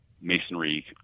masonry